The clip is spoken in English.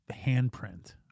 handprint